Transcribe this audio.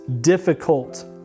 difficult